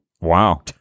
Wow